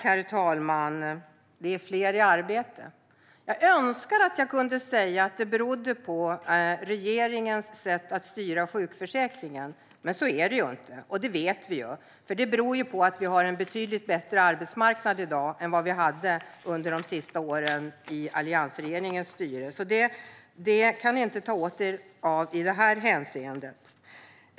Herr talman! Det är fler i arbete. Jag önskar att jag kunde säga att det beror på regeringens sätt att styra sjukförsäkringen. Men så är det inte, och det vet vi. Det beror ju på att vi har en betydligt bättre arbetsmarknad i dag än vi hade under de sista åren av alliansregeringens styre. Det kan ni inte ta åt er äran för i det här hänseendet.